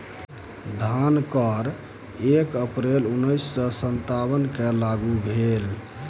धन कर एक अप्रैल उन्नैस सौ सत्तावनकेँ लागू भेल